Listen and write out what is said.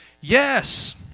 yes